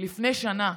לפני שנה.